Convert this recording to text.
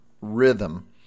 rhythm